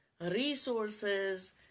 resources